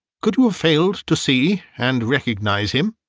could you have failed to see and recognise him?